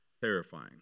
terrifying